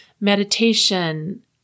meditation